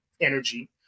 energy